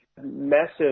massive